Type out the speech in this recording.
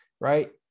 Right